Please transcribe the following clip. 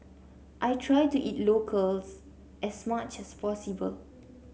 I try to eat locals as much as possible